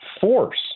force